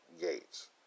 gates